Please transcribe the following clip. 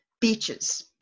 beaches